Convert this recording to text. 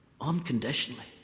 unconditionally